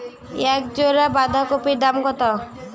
এক জোড়া বাঁধাকপির দাম কত?